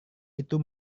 itu